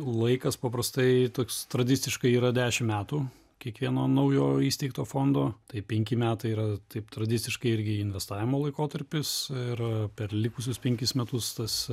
laikas paprastai toks tradiciškai yra dešim metų kiekvieno naujo įsteigto fondo tai penki metai yra taip tradiciškai irgi investavimo laikotarpis ir per likusius penkis metus tas